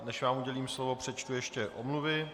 Než vám udělím slovo, přečtu ještě omluvy.